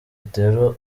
zitera